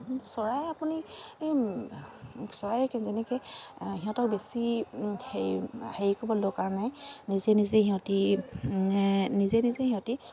চৰাই আপুনি চৰাই যেনেকে সিহঁতক বেছি হেৰি কৰিবৰ দৰকাৰ নাই নিজে নিজে সিহঁতি নিজে নিজে সিহঁতি